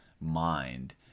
mind